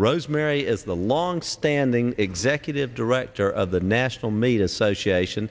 rosemary is the long standing executive director of the national media association